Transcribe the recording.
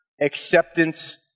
acceptance